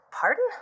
Pardon